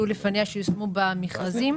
שיצאו יש שני